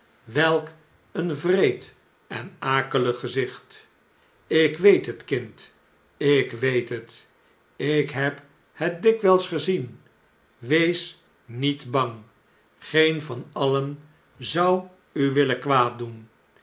welk een wreed en akelig gezicht ik weet het kind ik weet het ik heb het dikwijls gezien wees niet bang geen van alien zou u willen